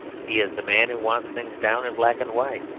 he is the man who wants things down in black and white,